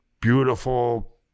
beautiful